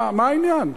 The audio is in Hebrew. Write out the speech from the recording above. מה העניין?